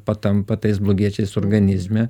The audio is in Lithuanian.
patampa tais blogiečiais organizme